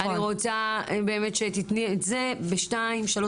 אני רוצה באמת שתיתני את זה בשתיים-שלוש